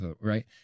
right